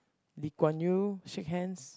Lee-Kuan-Yew shake hands